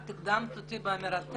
את הקדמת אותי באמירתך.